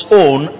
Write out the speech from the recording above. own